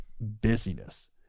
busyness